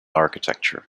architecture